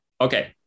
Okay